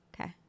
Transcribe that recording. Okay